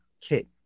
kit